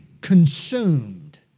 consumed